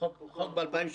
החוק מ-2017